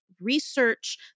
research